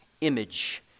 image